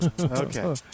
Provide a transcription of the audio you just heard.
Okay